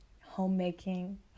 homemaking